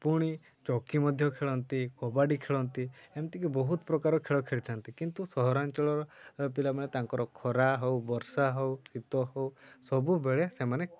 ପୁଣି ଚକି ମଧ୍ୟ ଖେଳନ୍ତି କବାଡ଼ି ଖେଳନ୍ତି ଏମିତିକି ବହୁତ ପ୍ରକାର ଖେଳ ଖେଳିଥାନ୍ତି କିନ୍ତୁ ସହରାଞ୍ଚଳର ପିଲାମାନେ ତାଙ୍କର ଖରା ହଉ ବର୍ଷା ହଉ ଶୀତ ହଉ ସବୁବେଳେ ସେମାନେ